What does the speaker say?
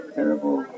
terrible